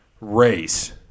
race